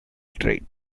trade